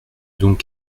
donc